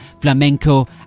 flamenco